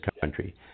country